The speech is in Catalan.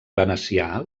venecià